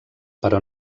però